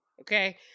okay